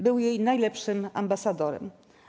Był jej najlepszym ambasadorem.